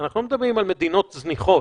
אנחנו לא מדברים על מדינות זניחות.